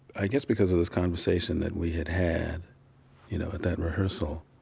i guess because of this conversation that we had had, you know, at that rehearsal,